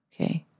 Okay